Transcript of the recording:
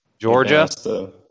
Georgia